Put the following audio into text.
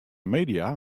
media